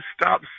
stop